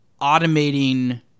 automating